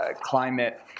climate